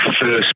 first